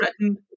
threatened